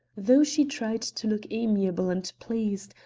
though she tried to look amiable and pleased,